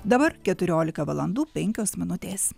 dabar keturiolika valandų penkios minutės